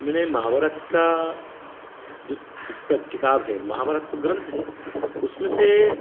मैंने महाभारत का जो पुस्तक किताब है महाभारत तो ग्रंथ है उसमें से